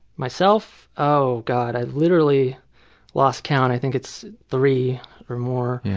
myself? oh god, i literally lost count. i think it's three or more.